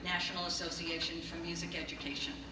national association of music education